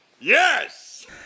Yes